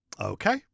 Okay